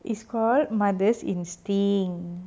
it's called mothers instinct